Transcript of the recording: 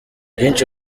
byinshi